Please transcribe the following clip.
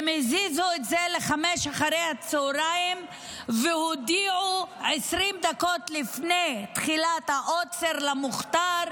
הם הזיזו את זה ל-17:00 והודיעו 20 דקות לפני תחילת העוצר למוכתר,